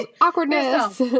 awkwardness